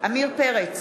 עמיר פרץ,